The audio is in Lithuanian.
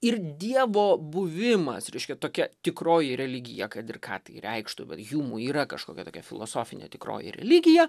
ir dievo buvimas reiškia tokia tikroji religija kad ir ką tai reikštų hjumui yra kažkokia tokia filosofinė tikroji religija